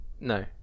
No